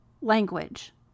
language